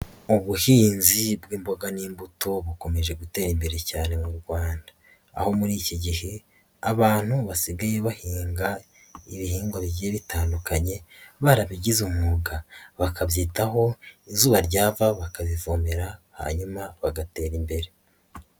Ubuhinzi bw'imboga n'imbuto bukomeje gutera imbere cyane mu Rwanda, aho muri iki gihe abantu basigaye bahinga ibihingwa bigiye bitandukanye barabigize umwuga bakabyitaho izuba ryava bakabivomerara hanyuma bagatera imbere.